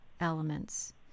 elements